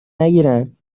نگیرند